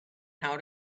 how